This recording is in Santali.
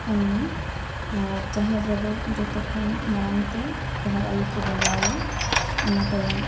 ᱠᱟᱹᱢᱤᱭᱟ ᱟᱨ ᱡᱟᱦᱮᱨ ᱨᱮᱫᱚ ᱡᱚᱛᱚ ᱠᱷᱚᱱ ᱢᱟᱲᱟᱝ ᱛᱮ ᱡᱟᱦᱮᱨ ᱟᱭᱚ ᱠᱚ ᱵᱚᱸᱜᱟ ᱟᱭᱟ ᱚᱱᱟ ᱛᱟᱭᱚᱢ